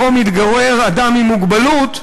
בו מתגורר אדם עם מוגבלות,